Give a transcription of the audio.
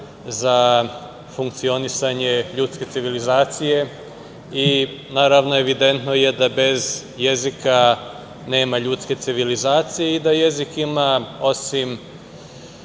za funkcionisanje ljudske civilizacije i, naravno, evidentno je bez jezika nema ljudske civilizacije i da jezik ima, osim